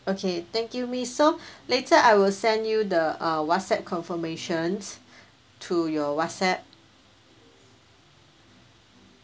okay thank you miss so later I will send you the uh WhatsApp confirmations to your WhatsApp